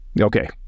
Okay